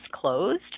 closed